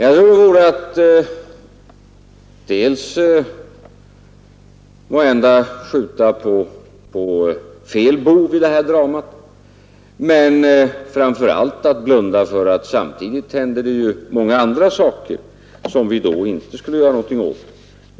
Det vore måhända att skjuta på fel bov i det här dramat, men det vore framför allt att blunda för att det samtidigt händer många andra saker, som vi då inte skulle göra någonting åt.